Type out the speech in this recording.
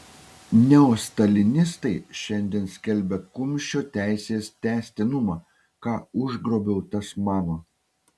neostalinistai šiandien skelbia kumščio teisės tęstinumą ką užgrobiau tas mano